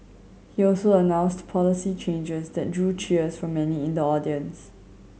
he also announced policy changes that drew cheers from many in the audience